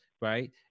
right